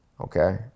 Okay